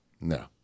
No